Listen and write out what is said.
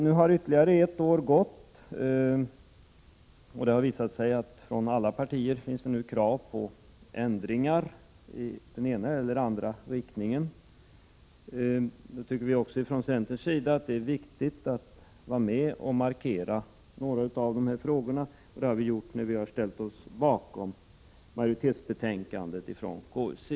Nu har ytterligare ett år gått, och från alla partier finns det nu krav på ändringar i den ena eller andra riktningen. Vi tycker från centerns sida att det är viktigt att vara med och markera några av dessa frågor, och det har vi gjort genom att ställa oss bakom KU:s majoritetsbetänkande.